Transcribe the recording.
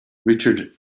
richard